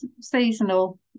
seasonal